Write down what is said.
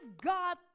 God